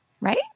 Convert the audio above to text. right